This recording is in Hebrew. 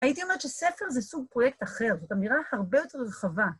הייתי אומרת שספר זה סוג פרויקט אחר, זאת אמירה הרבה יותר רחבה.